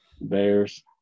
Bears